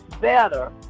better